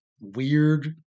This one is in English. weird